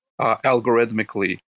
algorithmically